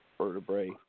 vertebrae